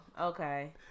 okay